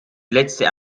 letzte